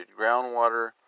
groundwater